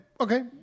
Okay